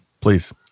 please